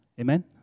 Amen